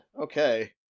Okay